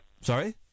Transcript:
Sorry